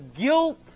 guilt